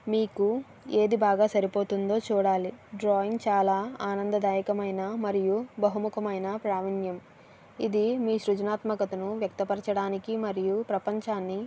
మీకు ఏది బాగా సరిపోతుందో చూడాలి డ్రాయింగ్ చాలా ఆనందదాయకమైన మరియు బహుముఖమైన ప్రావీణ్యం ఇది మీ సృజనాత్మకతను వ్యక్తపరచడానికి మరియు ప్రపంచాన్ని